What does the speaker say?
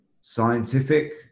scientific